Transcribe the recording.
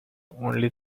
only